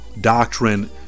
doctrine